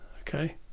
Okay